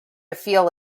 feel